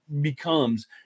becomes